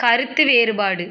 கருத்து வேறுபாடு